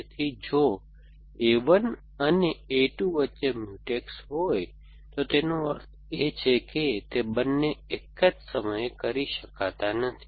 તેથી જો A 1 અને A 2 વચ્ચે મ્યુટેક્સ હોય તો તેનો અર્થ એ કે તે બંને એક જ સમયે કરી શકાતા નથી